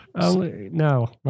no